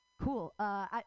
Cool